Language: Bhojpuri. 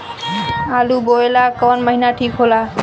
आलू बोए ला कवन महीना ठीक हो ला?